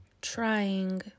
trying